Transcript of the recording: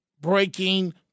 breaking